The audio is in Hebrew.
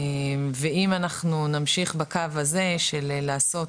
ואם אנחנו נמשיך בקו הזה של לעשות